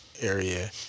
area